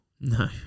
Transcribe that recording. No